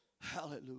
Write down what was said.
Hallelujah